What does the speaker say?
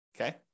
Okay